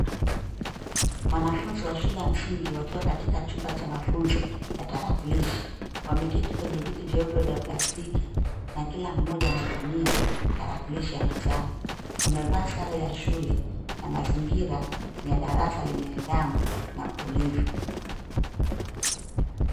Wanafunzi wa shule ya msingi wakiwa katika chumba cha mafunzo ya tarakilishi. Wameketi kwenye viti vyeupe vya plastiki na kila mmoja anatumia tarakilishi ya mezani. Wamevaa sare ya shule na mazingira ya darasa lenye nidhamu na utulivu.